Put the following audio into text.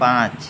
पाँच